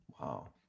Wow